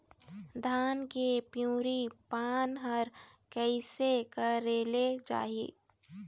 धान के पिवरी पान हर कइसे करेले जाही?